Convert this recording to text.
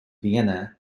vienna